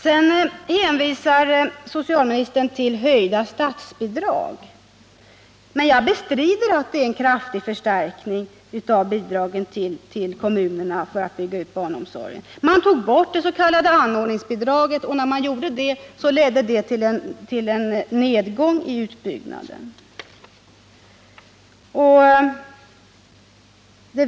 Socialministern hänvisar vidare till höjda statsbidrag, men jag bestrider att det är en kraftig förstärkning av bidraget till kommunerna för att bygga ut barnomsorgen. Man tog bort det s.k. anordningsbidraget, och när man gjorde det ledde det till en nedgång i utbyggnaden.